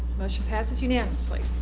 motion passes unanimously.